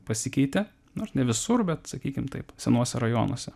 pasikeitė nors ne visur bet sakykime taip senuose rajonuose